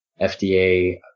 FDA